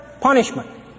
punishment